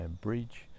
bridge